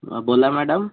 हा बोला मॅडम